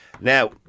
Now